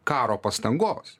karo pastangos